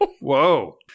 Whoa